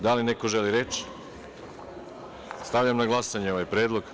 Da li neko želi reč? (Ne) Stavljam na glasanje ovaj predlog.